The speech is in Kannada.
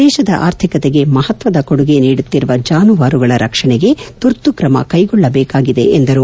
ದೇಶದ ಆರ್ಥಿಕತೆಗೆ ಮಹತ್ವದ ಕೊಡುಗೆ ನೀಡುತ್ತಿರುವ ಜಾನುವಾರುಗಳ ರಕ್ಷಣೆಗೆ ತುರ್ತು ಕ್ರಮ ಕೈಗೊಳ್ಳಬೇಕಾಗಿದೆ ಎಂದರು